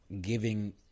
giving